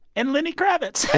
and lenny kravitz.